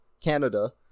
canada